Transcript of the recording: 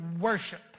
worship